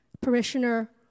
parishioner